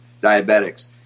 diabetics